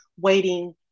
waiting